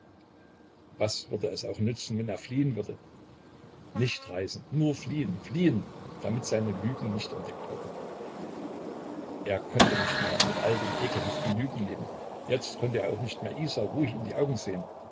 was würde es auch nützen wenn er fliehen würde nicht reisen nur fliehen fliehen damit seine lügen nicht entdeckt würden er konnte nicht mehr mit all den ekelhaften lügen leben jetzt konnte er auch nicht mehr isa ruhig in die augen sehen